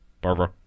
Barbara